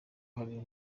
hari